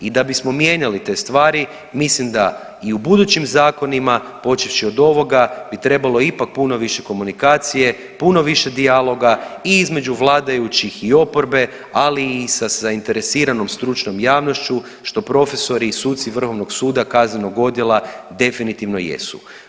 I da bismo mijenjali te stvari, mislim da i u budućim zakonima, počevši od ovoga bi trebalo ipak puno više komunikacije, puno više dijaloga i između vladajućih i oporbe, ali i sa zainteresiranom stručnom javnošću, što profesori i suci Vrhovnog suda kaznenog odjela definitivno jesu.